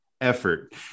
effort